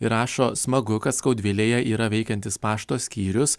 rašo smagu kad skaudvilėje yra veikiantis pašto skyrius